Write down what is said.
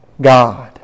God